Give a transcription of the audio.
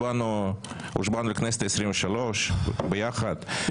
הושבענו לכנסת ה-23 ביחד.